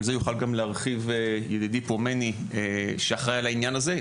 ועל זה יוכל גם להרחיב ידידי מני פה שאחראי על הענין הזה,